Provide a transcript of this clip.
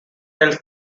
tells